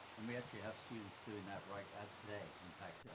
and we actually have students doing that right as today. in fact,